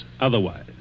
otherwise